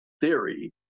theory